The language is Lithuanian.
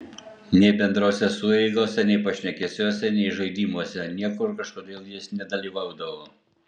nei bendrose sueigose nei pašnekesiuose nei žaidimuose niekur kažkodėl jis nedalyvaudavo